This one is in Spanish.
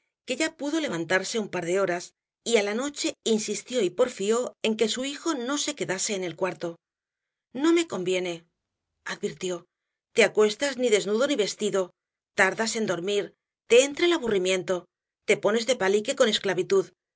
que ya pudo levantarse un par de horas y á la noche insistió y porfió en que su hijo no se quedase en el cuarto no me conviene advirtió te acuestas ni desnudo ni vestido tardas en dormir te entra el aburrimiento te pones de palique con esclavitud